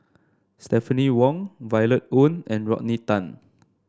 Stephanie Wong Violet Oon and Rodney Tan